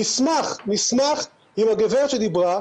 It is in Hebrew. ונשמח אם הגברת שדיברה,